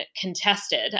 contested